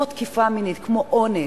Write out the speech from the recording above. כמו תקיפה מינית, כמו אונס,